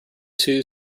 two